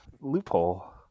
loophole